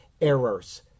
errors